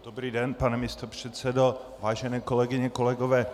Dobrý den, pane místopředsedo, vážené kolegyně, kolegové.